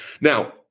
Now